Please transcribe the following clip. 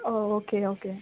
oh okay okay